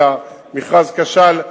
כי המכרז כשל?